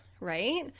right